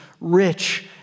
rich